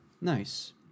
nice